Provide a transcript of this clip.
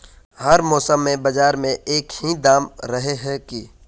हर मौसम में बाजार में एक ही दाम रहे है की?